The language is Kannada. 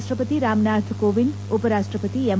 ರಾಷ್ಟಪತಿ ರಾಮನಾಥ್ ಕೋವಿಂದ್ ಉಪರಾಷ್ಟಪತಿ ಎಂ